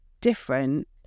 different